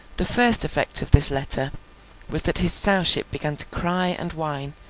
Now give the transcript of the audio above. the first effect of this letter was that his sowship began to cry and whine,